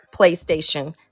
PlayStation